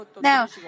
Now